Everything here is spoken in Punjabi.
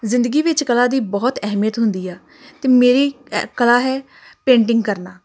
ਜ਼ਿੰਦਗੀ ਵਿੱਚ ਕਲਾ ਦੀ ਬਹੁਤ ਅਹਿਮੀਅਤ ਹੁੰਦੀ ਆ ਅਤੇ ਮੇਰੀ ਕਲਾ ਹੈ ਪੇਂਟਿੰਗ ਕਰਨਾ